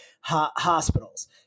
hospitals